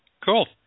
Cool